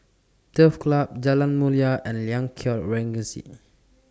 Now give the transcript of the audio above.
Turf Club Jalan Mulia and Liang Court Regency